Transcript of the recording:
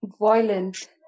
Violent